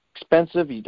Expensive